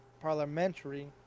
parliamentary